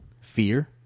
fear